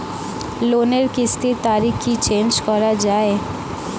লোনের কিস্তির তারিখ কি চেঞ্জ করা যায়?